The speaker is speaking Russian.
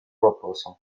вопросам